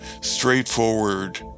straightforward